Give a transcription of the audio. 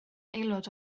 aelod